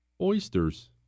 oysters